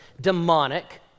Demonic